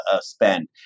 spend